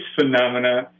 phenomena